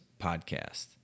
podcast